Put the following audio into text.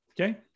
Okay